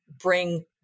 bring